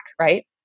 right